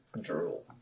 Drool